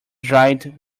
dried